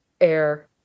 air